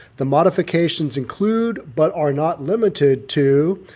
the modifications include but are not limited to.